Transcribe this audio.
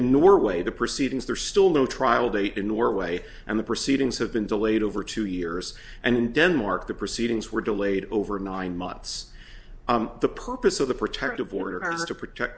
in norway the proceedings there's still no trial date in norway and the proceedings have been delayed over two years and in denmark the proceedings were delayed over nine months the purpose of the protective order is to protect